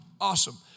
Awesome